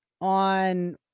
On